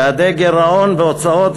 יעדי גירעון והוצאות,